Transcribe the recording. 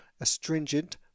astringent